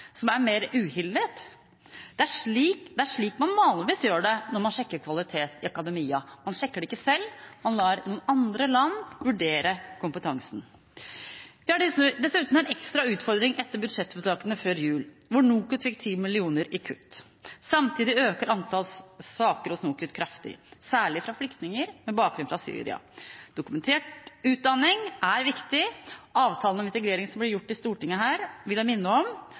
som er mer uhildet? Det er slik man vanligvis gjør det når man sjekker kvalitet i akademia – man sjekker det ikke selv, man lar andre land vurdere kompetansen. Vi har dessuten en ekstra utfordring etter budsjettvedtakene før jul, hvor NOKUT fikk 10 mill. kr i kutt. Samtidig øker antall saker hos NOKUT kraftig, særlig fra flyktninger med bakgrunn fra Syria. Dokumentert utdanning er viktig. Avtalen om integrering som ble gjort her i Stortinget, vil jeg minne om,